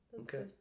Okay